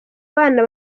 bana